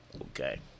Okay